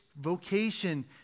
vocation